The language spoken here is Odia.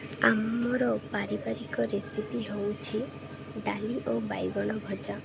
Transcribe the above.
ଆମର ପାରିବାରିକ ରେସିପି ହଉଛି ଡାଲି ଓ ବାଇଗଣ ଭଜା